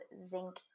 zinc